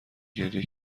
گریه